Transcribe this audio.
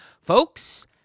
Folks